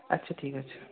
আচ্ছা ঠিক আছে